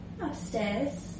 Upstairs